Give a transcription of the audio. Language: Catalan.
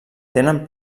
tenen